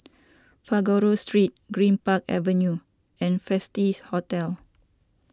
Figaro Street Greenpark Avenue and Festive Hotel